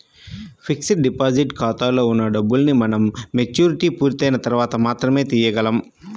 fixed deposit ఖాతాలో ఉన్న డబ్బుల్ని మనం మెచ్యూరిటీ పూర్తయిన తర్వాత మాత్రమే తీయగలం